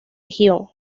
región